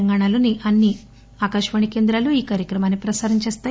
తెలంగాణా రాష్టంలోని అన్ని ఆకాశవాణి కేంద్రాలూ ఈ కార్యక్రమాన్ని ప్రసారం చేస్తాయి